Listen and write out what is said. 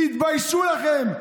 תתביישו לכם.